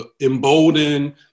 embolden